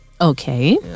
Okay